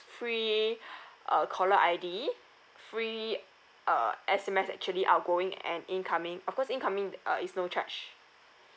free uh caller I_D free uh S_M_S actually outgoing and incoming of course incoming uh is no charge